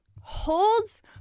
holds